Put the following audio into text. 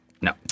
No